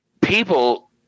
people